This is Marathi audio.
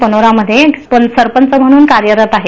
पनोरामध्ये सरपंच म्हणून कार्यरत आहे